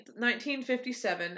1957